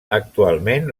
actualment